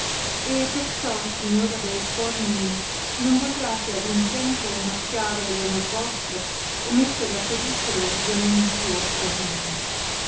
e perciò signora del cuor mio non vogliate ad un tempo macchiare onor vostro e mettere a pericolo di amenduo la vita